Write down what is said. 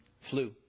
Flu